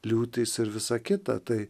liūtys ir visa kita tai